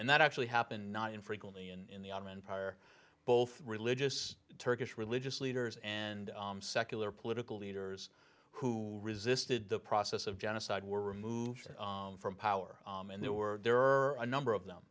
and that actually happened not infrequently in the ottoman empire both religious turkish religious leaders and secular political leaders who resisted the process of genocide were removed from power and there were there are a number of